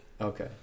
Okay